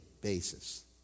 basis